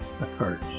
occurs